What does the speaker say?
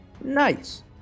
Nice